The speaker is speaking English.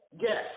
Yes